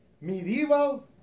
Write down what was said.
medieval